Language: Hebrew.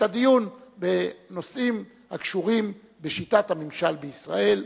את הדיון בנושאים הקשורים בשיטת הממשל בישראל,